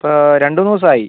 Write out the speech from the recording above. ഇപ്പം രണ്ട് മൂന്ന് ദിവസമായി